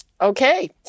Okay